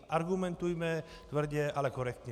Argumentujme tvrdě, ale korektně.